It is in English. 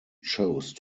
chose